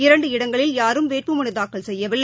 இரண்டு இடங்களில் யாரும் வேட்புமனு தாக்கல் செய்யவில்லை